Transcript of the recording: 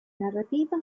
narrativa